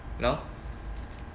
you know